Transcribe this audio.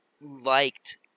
liked